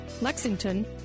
Lexington